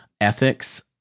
ethics